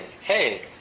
Hey